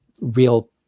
real